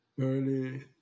early